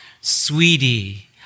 Sweetie